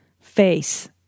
face